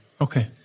okay